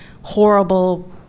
horrible